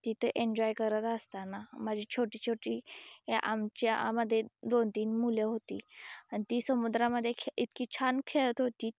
तिथे एंजॉय करत असताना माझी छोटीछोटी आमच्यामध्ये दोनतीन मुलं होती आणि ती समुद्रामध्ये खे इतकी छान खेळत होती